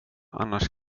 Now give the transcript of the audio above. annars